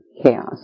chaos